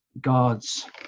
God's